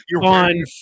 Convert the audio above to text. on